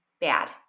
bad